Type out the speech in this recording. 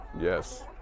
Yes